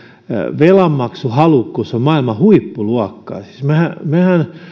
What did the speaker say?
velanmaksuhalukkuus on maailman huippuluokkaa mehän mehän